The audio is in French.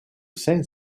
saint